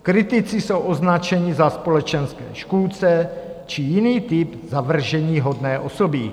Kritici jsou označeni za společenské škůdce či jiný typ zavrženíhodné osoby.